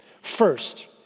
First